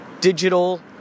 digital